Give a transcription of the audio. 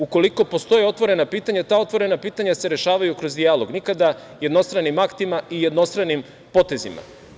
Ukoliko postoje otvorena pitanja, ta pitanje se rešavaju kroz dijalog, nikada jednostranim aktima i jednostranim potezima.